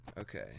Okay